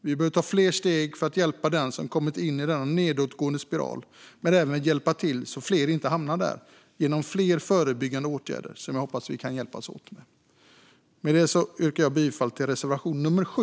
Vi behöver ta fler steg för att hjälpa den som kommit in i denna nedåtgående spiral men även hjälpa till genom förebyggande åtgärder så att inte fler hamnar där. Jag hoppas att vi kan hjälpas åt med det. Med det yrkar jag bifall till reservation nummer 7.